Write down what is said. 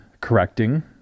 correcting